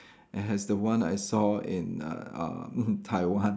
as the one I saw in uh uh mm Taiwan